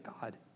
God